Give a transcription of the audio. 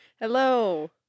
Hello